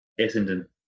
Essendon